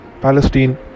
Palestine